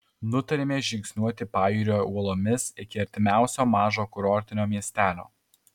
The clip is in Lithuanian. nutarėme žingsniuoti pajūriu uolomis iki artimiausio mažo kurortinio miestelio